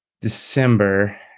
December